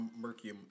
Mercury